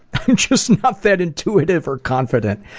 i'm just not that intuitive or confident,